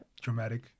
dramatic